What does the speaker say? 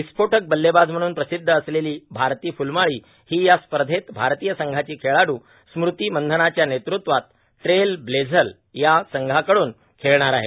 विस्फोटक बल्लेबाज म्हणून प्रसिद्ध असलेली भारती फूलमाळी ही या स्पर्धेत भारतीय संघाची खेळाडू स्मृती मंधनाच्या नेतृत्वात ट्रेलब्लेझल या संघाकडून खेळणार आहे